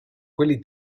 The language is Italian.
quelli